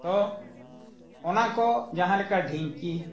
ᱛᱚ ᱚᱱᱟ ᱠᱚ ᱡᱟᱦᱟᱸ ᱞᱮᱠᱟ ᱰᱷᱤᱝᱠᱤ